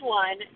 one